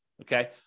Okay